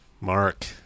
Mark